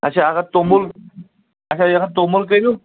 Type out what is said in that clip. اچھا اگر توٚمُل توٚمُل کٔہہِ